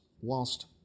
whilst